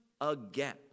again